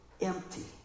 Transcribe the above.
empty